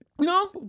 No